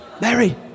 Mary